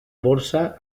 borsa